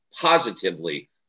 positively